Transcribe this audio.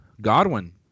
Godwin